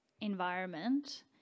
environment